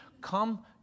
come